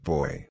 Boy